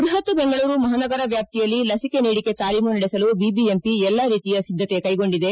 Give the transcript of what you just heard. ಬೃಪತ್ ಬೆಂಗಳೂರು ಮಪಾನಗರ ವ್ಯಾಪ್ತಿಯಲ್ಲಿ ಲಸಿಕೆ ನೀಡಿಕೆ ಶಾಲೀಮು ನಡೆಸಲು ಐಐಎಂಪಿ ಎಲ್ಲಾ ರೀತಿಯ ಸಿದ್ದಕೆ ಕೈಗೊಂಡಿದೆ